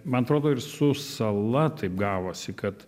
man atrodo ir su sala taip gavosi kad